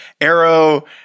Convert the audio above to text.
Arrow